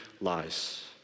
lies